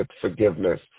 forgiveness